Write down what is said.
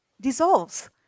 dissolves